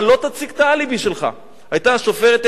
היתה השופטת,